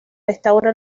restaura